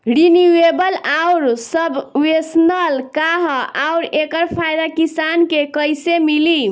Renewable आउर subvention का ह आउर एकर फायदा किसान के कइसे मिली?